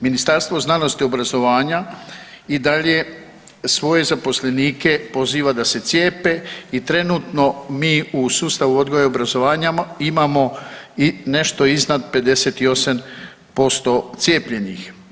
Ministarstvo znanosti i obrazovanja i dalje svoje zaposlenike poziva da se cijepe i trenutno mi u sustavu odgoja i obrazovanja imamo nešto iznad 58% cijepljenih.